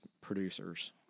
producers